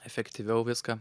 efektyviau viską